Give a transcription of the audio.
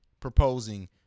proposing